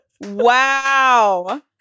Wow